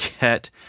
get